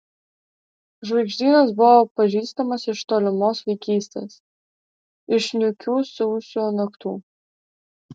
žvaigždynas buvo pažįstamas iš tolimos vaikystės iš niūkių sausio naktų